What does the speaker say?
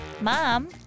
mom